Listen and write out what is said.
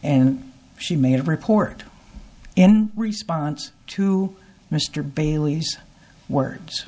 and she made a report in response to mr bailey's words